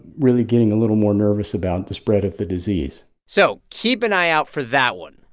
really getting a little more nervous about the spread of the disease so keep an eye out for that one.